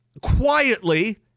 quietly